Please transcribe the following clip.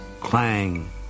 Clang